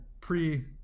pre